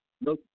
No